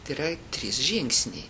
tai yra trys žingsniai